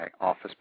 office